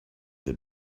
they